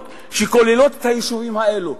שכוללות את היישובים הקהילתיים האלה.